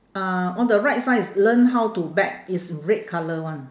uh on the right side is learn how to bet is red colour one